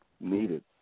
needed